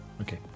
Okay